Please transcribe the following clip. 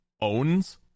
owns